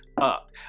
up